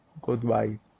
Goodbye